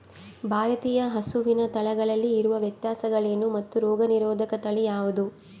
ಭಾರತೇಯ ಹಸುವಿನ ತಳಿಗಳಲ್ಲಿ ಇರುವ ವ್ಯತ್ಯಾಸಗಳೇನು ಮತ್ತು ರೋಗನಿರೋಧಕ ತಳಿ ಯಾವುದು?